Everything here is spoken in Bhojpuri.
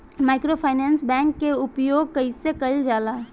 माइक्रोफाइनेंस बैंक के उपयोग कइसे कइल जाला?